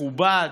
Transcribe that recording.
מכובד,